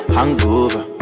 Hangover